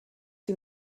sie